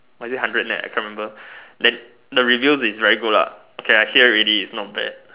or is it one hundred net I can't remember then the radio is right good lah okay I hear ready is not bad